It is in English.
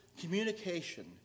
communication